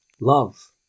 Love